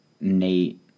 Nate